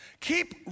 keep